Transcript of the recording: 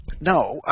no